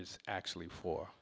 is actually for